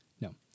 No